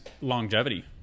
longevity